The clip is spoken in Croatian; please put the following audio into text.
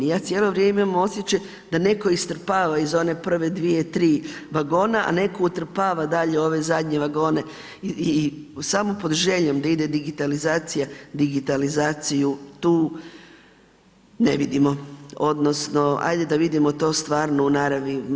I ja cijelo vrijeme imam osjećaj da netko istrpava iz one prve dvije, tri vagona a netko utrpava dalje ove zadnje vagone i samo pod željom da ide digitalizacija, digitalizaciju tu ne vidimo, odnosno ajde da vidimo to stvarno u naravi.